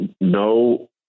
no